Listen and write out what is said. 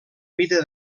mida